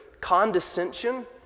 condescension